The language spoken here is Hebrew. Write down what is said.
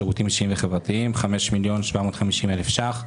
שירותים אישיים וחברתיים 5 מיליון ו-750 אלף שקלים.